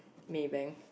Maybank